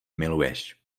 miluješ